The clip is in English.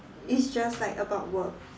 it's just like about work